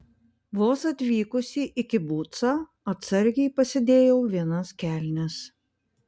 vos atvykusi į kibucą atsargai pasidėjau vienas kelnes